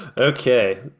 Okay